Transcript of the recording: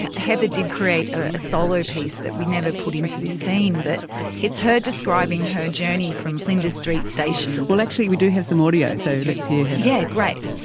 heather did create a solo piece that we never put into this scene, but it's her describing her journey from flinders street station. well, actually we do have some audio, so let's hear heather. yeah, great.